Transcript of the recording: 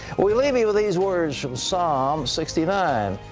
we leave you with these words from psalm sixty nine.